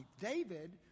David